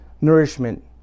nourishment